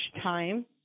time